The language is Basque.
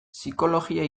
psikologia